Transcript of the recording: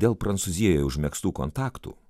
dėl prancūzijoje užmegztų kontaktų